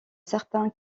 certains